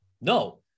no